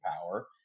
power